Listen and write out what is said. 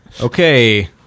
Okay